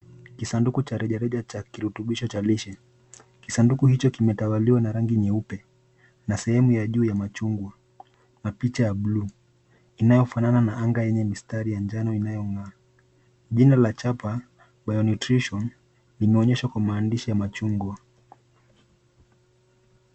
Kisanduku cha rejareja cha kirutubisho cha lishe. Kisanduku hicho kimetawaliwa na rangi nyeupe, na sehemu ya juu ya machungwa, na picha ya buluu, inayofanana na anga yenye mistari ya njano inayong'aa .Jina la chapa, Bionutrition inaoneshwa kwa maandishi ya machungwa.